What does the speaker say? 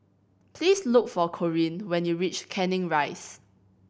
please look for Corrine when you reach Canning Rise